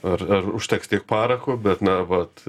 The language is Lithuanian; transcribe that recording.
ar užteks tiek parako bet na vat